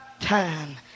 time